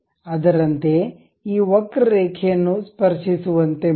ಅದರಂತೆಯೇ ಈ ವಕ್ರರೇಖೆ ಯನ್ನು ಸ್ಪರ್ಶಿಸುವಂತೆ ಮಾಡಿ